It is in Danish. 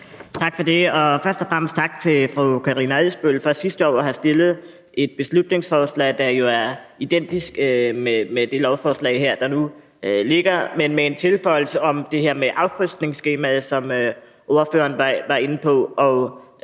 Tak for det, og først og fremmest tak til fru Karina Adsbøl for sidste år at have fremsat et beslutningsforslag, der jo er identisk med det lovforslag, der nu ligger her, men med en tilføjelse omkring det her med afkrydsningsskemaet, som ordføreren var inde på. Og